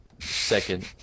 Second